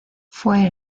fue